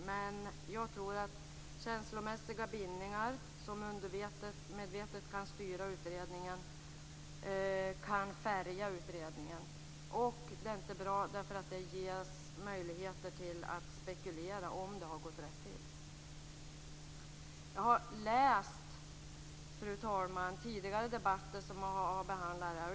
Men känslomässiga bindningar kan undermedvetet styra utredningen och färga den. Det är inte bra. Det gör att det finns möjligheter att spekulera om det har gått rätt till. Fru talman! Jag har läst de tidigare debatter som har behandlat detta ämne.